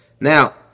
Now